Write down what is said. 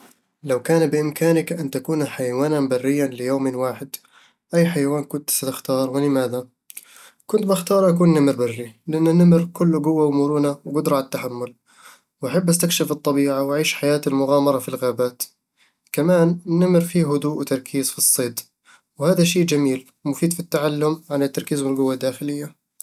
لو كان بإمكانك أن تكون حيوانًا بريًا ليوم واحد، أي حيوان كنت ستختار ولماذا؟ كنت بأختار أكون نمر بري، لأن النمر كله قوة ومرونة وقدرة على التحمل، وأحب أستكشف الطبيعة وأعيش حياة المغامرة في الغابات كمان، النمر فيه هدوء وتركيز في الصيد، وهذا شي جميل ومفيد في التعلم عن التركيز والقوة الداخلية